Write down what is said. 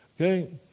okay